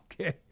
okay